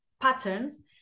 patterns